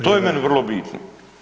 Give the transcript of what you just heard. To je meni vrlo bitno